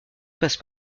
passe